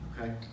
okay